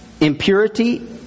impurity